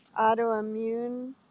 autoimmune